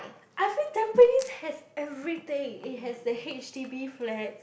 I feel Tampines has everything it has a H_D_B flat